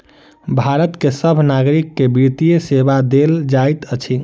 भारत के सभ नागरिक के वित्तीय सेवा देल जाइत अछि